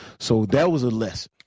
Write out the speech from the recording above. so that was a lesson,